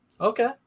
Okay